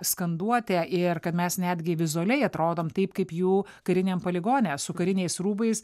skanduotė ir kad mes netgi vizualiai atrodom taip kaip jų kariniam poligone su kariniais rūbais